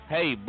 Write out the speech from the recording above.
Hey